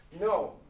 No